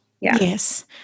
Yes